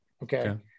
Okay